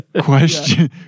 question